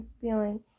feeling